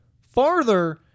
farther